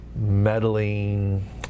meddling